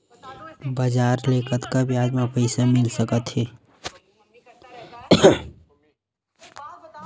बजार ले कतका ब्याज म पईसा मिल सकत हे?